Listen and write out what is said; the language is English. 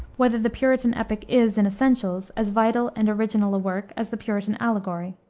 whether the puritan epic is, in essentials, as vital and original a work as the puritan allegory.